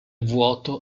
vuoto